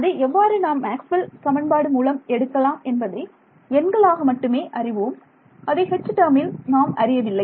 அதை எவ்வாறு நாம் மாக்ஸ்வெல் சமன்பாடு மூலம் எடுக்கலாம் என்பதை எண்களாக மட்டுமே அறிவோம் அதை H டேர்மில் நான் அறியவில்லை